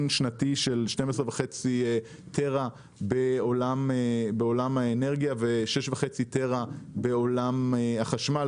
שנתי של 12.5 טרה בעולם האנרגיה ו-6.5 טרה בעולם החשמל.